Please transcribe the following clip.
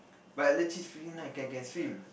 but legit freaking nice can can swim